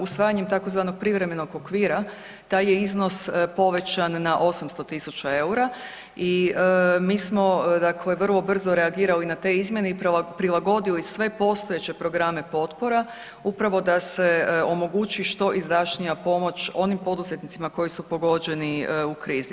Usvajanjem tzv. privremenog okvira taj je iznos povećan na 800.000 EUR-a i mi smo dakle vrlo brzo reagirali na te izmjene i prilagodili sve postojeće programe potpora upravo da se omogući što izdašnija pomoć onim poduzetnicima koji su pogođeni u krizi.